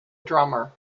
drummer